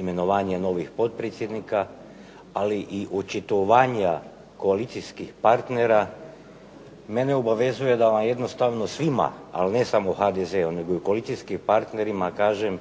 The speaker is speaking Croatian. imenovanje novih potpredsjednika, ali i očitovanja koalicijskih partnera mene obavezuje da vam jednostavno svima, al ne samo HDZ-u nego i koalicijskim partnerima kažem